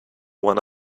one